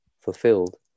fulfilled